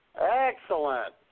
Excellent